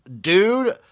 Dude